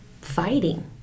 fighting